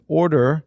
order